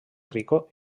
rico